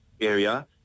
area